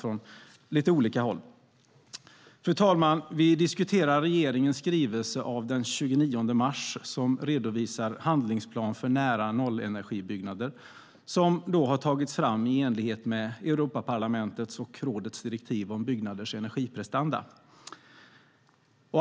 Fru talman! Vi diskuterar regeringens skrivelse av den 29 mars som redovisar den handlingsplan för nära-nollenergibyggnader som tagits fram i enlighet med Europaparlamentets och rådets direktiv om byggnaders energiprestanda.